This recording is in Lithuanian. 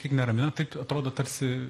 kiek neramina tai atrodo tarsi